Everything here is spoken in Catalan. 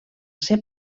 ser